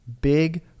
big